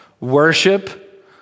worship